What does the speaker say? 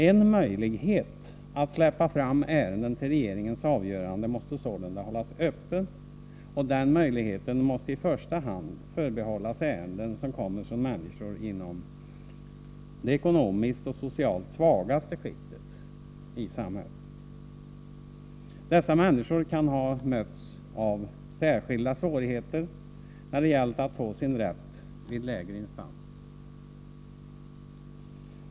En möjlighet att släppa fram ärenden till regeringens avgörande måste sålunda hållas öppen, och den möjligheten måste i första hand förbehållas ärenden som kommer från människor inom det ekonomiskt och socialt svagaste skiktet i samhället. Dessa människor kan ha mötts av särskilda svårigheter när det gällt att få sin rätt vid prövning i lägre instanser.